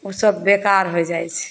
ओ सभ बेकार होइ जाइत छै